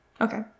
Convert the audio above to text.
okay